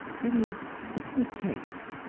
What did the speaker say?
it is good taste,